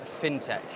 fintech